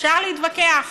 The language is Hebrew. אפשר להתווכח